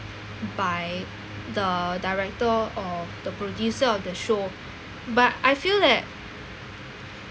by the director or the producer of the show but I feel that